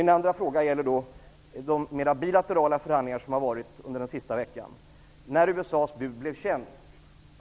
Min andra fråga gällde de bilaterala förhandlingar som har ägt rum under den sista veckan.